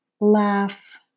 Laugh